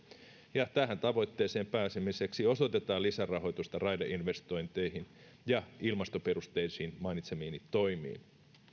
ja tähän tavoitteeseen pääsemiseksi osoitetaan lisärahoitusta raideinvestointeihin ja mainitsemiini ilmastoperusteisiin toimiin